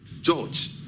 George